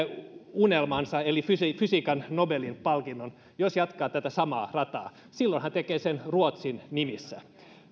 unelmansa eli fysiikan fysiikan nobelin palkinnon jos jatkaa tätä samaa rataa silloin hän tekee sen ruotsin nimissä